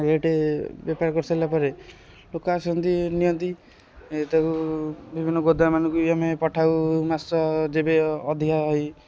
rate ବେପାର କରିସାରିଲା ପରେ ଲୋକ ଆସନ୍ତି ନିଅନ୍ତି ଏ ତାକୁ ବିଭିନ୍ନ ଗୋଦାମମାନଙ୍କୁ ଇଏ ଆମେ ପଠାଉ ମାସ ଯେବେ ଅଧିକା ହୁଅଇ